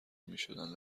میشدند